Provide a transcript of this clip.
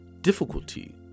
difficulty